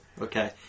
Okay